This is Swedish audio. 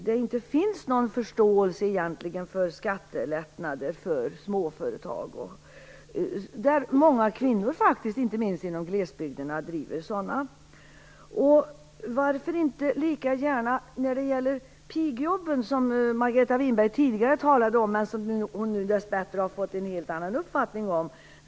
Det finns egentligen ingen förståelse för behovet av skattelättnader för småföretag, varav många, inte minst i glesbygden, drivs av kvinnor. Margareta Winberg har dessbättre fått en helt annan uppfattning om pigjobben.